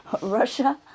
Russia